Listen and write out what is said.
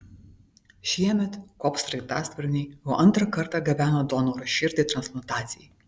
šiemet kop sraigtasparniai jau antrą kartą gabeno donoro širdį transplantacijai